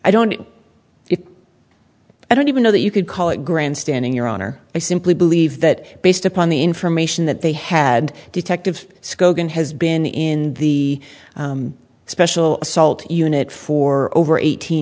i don't i don't even know that you could call it grandstanding your honor i simply believe that based upon the information that they had detective scogin has been in the special salt unit for over eighteen